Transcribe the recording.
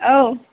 औ